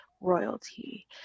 royalty